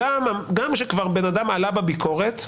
גם כשכבר אדם עלה בביקורת,